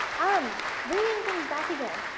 um reading things back again.